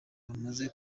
bamaze